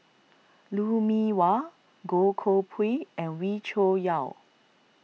Lou Mee Wah Goh Koh Pui and Wee Cho Yaw